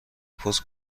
پست